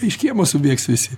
iš kiemo subėgs visi